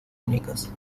únicas